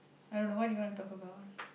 I don't know what do you want to talk about